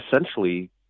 essentially